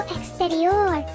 Exterior